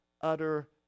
utter